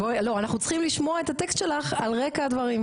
בואי אנחנו צריכים לשמוע את הטקסט שלך על רקע הדברים.